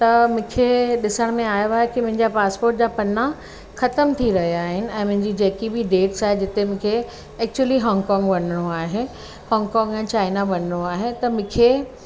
त मूंखे ॾिसण में आयो आहे कि मुंहिंजा पासपोट जा पन्ना ख़तमु थी रहिया आहिनि ऐं मुंहिंजी जेकी बि डेट्स आहे जिते मूंखे एक्चुली हॉंगकॉंग वञिणो आहे हॉंगकॉंग एंड चाइना वञिणो आहे त मूंखे